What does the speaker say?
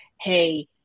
hey